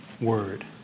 word